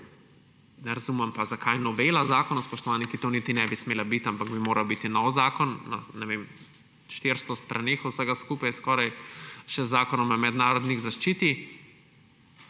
Ne razumem pa, zakaj novela zakona, spoštovani, ki to niti ne bi smela biti, ampak bi moral biti nov zakon, ne vem, na 400 straneh vsega skupaj skoraj, še Zakon o mednarodni zaščiti.